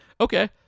okay